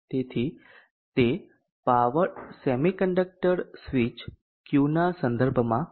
તેથી તે power semiconductor switch Qના સંદર્ભમાં છે